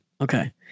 Okay